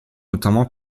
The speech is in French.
notamment